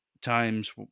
times